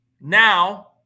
Now